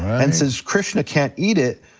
and since krishna can't eat it,